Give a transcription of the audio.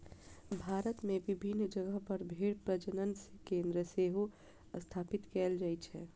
भारत मे विभिन्न जगह पर भेड़ प्रजनन केंद्र सेहो स्थापित कैल गेल छै